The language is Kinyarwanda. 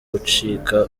gucika